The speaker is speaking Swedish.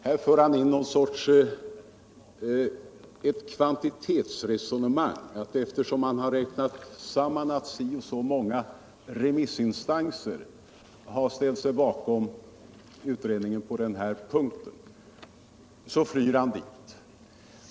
Här för han in någon sorts kvantitetsresonemang: eftersom han har: räknat samman att så och så många remissinstanser har ställt sig bakom utredningen på den här punkten, flyr han dit.